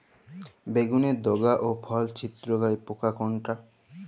বেগুনের ডগা ও ফল ছিদ্রকারী পোকা কোনটা?